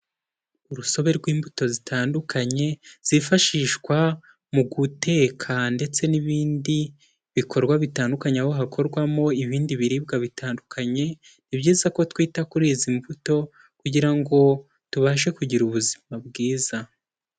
Urusobe rw'imbuto zitandukanye zifashishwa mu guteka ndetse n'ibindi bikorwa bitandukanye aho hakorwamo ibindi biribwa bitandukanye, ni byiza ko twita kuri izi mbuto kugira ngo tubashe kugira ubuzima bwiza.